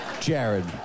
Jared